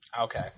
Okay